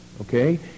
Okay